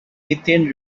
methane